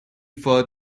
for